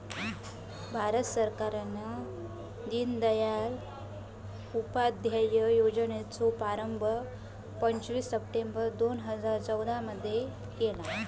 भारत सरकारान दिनदयाल उपाध्याय योजनेचो प्रारंभ पंचवीस सप्टेंबर दोन हजार चौदा मध्ये केल्यानी